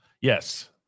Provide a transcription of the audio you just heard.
Yes